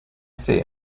see